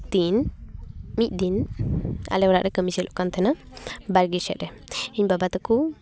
ᱢᱤᱫᱫᱤᱱ ᱢᱤᱫ ᱫᱤᱱ ᱟᱞᱮ ᱚᱲᱟᱜ ᱨᱮ ᱠᱟᱹᱢᱤ ᱪᱟᱹᱞᱩᱜ ᱠᱟᱱ ᱛᱟᱦᱮᱱᱟ ᱵᱟᱲᱜᱮ ᱥᱮᱫ ᱨᱮ ᱤᱧ ᱵᱟᱵᱟ ᱛᱟᱠᱚ